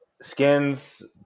skins